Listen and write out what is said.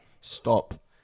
stop